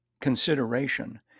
consideration